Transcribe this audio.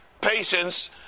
patience